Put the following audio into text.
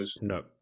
No